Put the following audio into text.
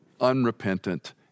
unrepentant